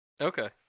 Okay